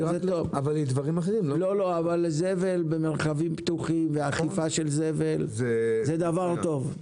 זבל במרחבים פתוחים ואכיפה של זבל זה דבר טוב.